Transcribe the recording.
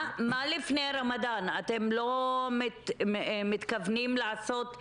מה לפני רמדאן אתם לא מתכוונים לעשות?